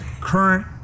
current